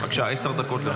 בבקשה, עשר דקות לרשותך.